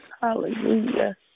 Hallelujah